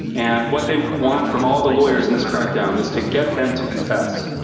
and what they want from all the lawyers in this crackdown is to get them to confess,